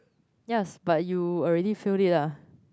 yes but you already feel it ah